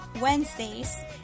Wednesdays